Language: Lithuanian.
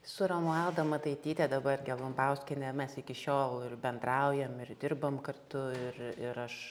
su romualda mataityte dabar gelumbauskiene mes iki šiol bendraujam ir dirbam kartu ir ir aš